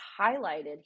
highlighted